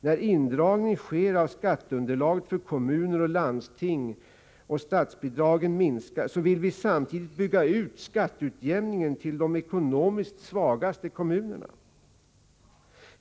När indragning sker av skatteunderlaget för kommuner och landsting och statsbidragen minskar vill vi samtidigt bygga ut skatteutjämningen till de ekonomiskt svagaste kommunerna.